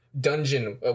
dungeon